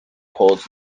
holds